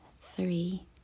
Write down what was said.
three